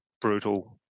brutal